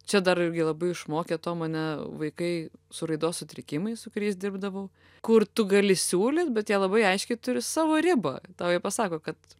čia dar labai išmokė to mane vaikai su raidos sutrikimais su kuriais dirbdavau kur tu gali siūlyt bet jie labai aiškiai turi savo ribą tau jie pasako kad